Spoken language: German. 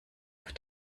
auf